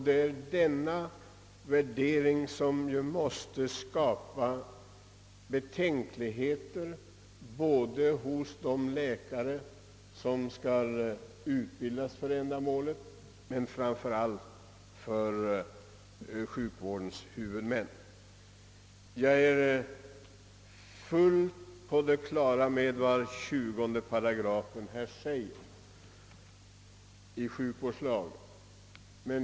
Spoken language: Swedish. Det är denna värdering som måste skapa betänkligheter hos de läkare som skall utbildas för ändamålet, men framför allt måste den skapa betänkligheter hos sjukvårdshuvudmännen. Jag är fullt på det klara med vad 20 8 sjukvårdslagen säger.